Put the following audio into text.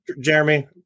Jeremy